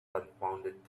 confounded